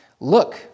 look